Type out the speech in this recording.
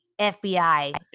FBI